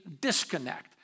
disconnect